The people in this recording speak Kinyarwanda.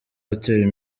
hotel